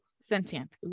Sentient